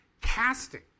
casting